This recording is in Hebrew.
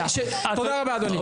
תודה רבה אדוני.